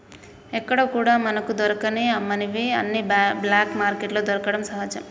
ఎక్కడా కూడా మనకు దొరకని అమ్మనివి అన్ని బ్లాక్ మార్కెట్లో దొరకడం సహజం